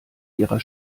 ihrer